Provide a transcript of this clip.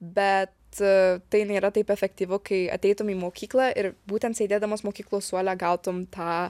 bet tai nėra taip efektyvu kai ateitum į mokyklą ir būtent sėdėdamas mokyklos suole gautum tą